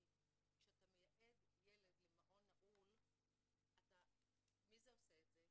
כי כשאתה מייעד ילד למעון נעול מי עושה את זה?